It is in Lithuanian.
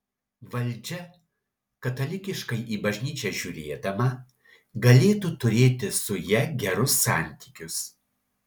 valdžia katalikiškai į bažnyčią žiūrėdama galėtų turėti su ja gerus santykius